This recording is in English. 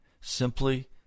simply